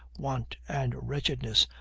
want, and wretchedness,